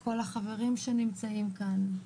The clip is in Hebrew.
וכל החברים שנמצאים כאן,